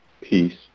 peace